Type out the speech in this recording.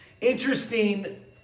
Interesting